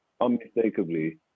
unmistakably